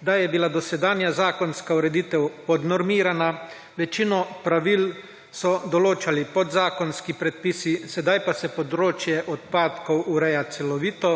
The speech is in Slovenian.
da je bila dosedanja zakonska ureditev podnormirana, večino pravil so določali podzakonski predpisi, sedaj pa se področje odpadkov ureja celovito,